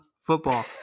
football